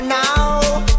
now